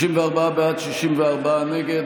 54 בעד, 64 נגד.